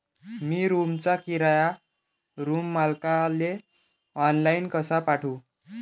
मी रूमचा किराया रूम मालकाले ऑनलाईन कसा पाठवू?